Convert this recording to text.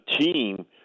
team